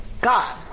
God